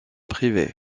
privé